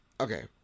Okay